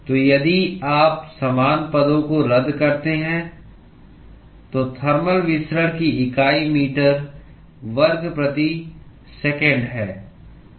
तो यदि आप समान पदों को रद्द करते हैं तो थर्मल विसरण की इकाई मीटर वर्ग प्रति सेकंड है